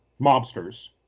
mobsters